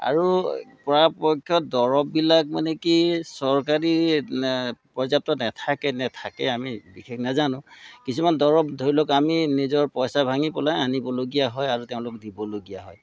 আৰু পৰাপক্ষত দৰৱবিলাক মানে কি চৰকাৰী পৰ্যাপ্ত নেথাকেনে থাকে আমি বিশেষ নেজানো কিছুমান দৰৱ ধৰি লওক আমি নিজৰ পইচা ভাঙি পেলাই আনিবলগীয়া হয় আৰু তেওঁলোকক দিবলগীয়া হয়